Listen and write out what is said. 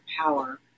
power